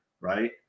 right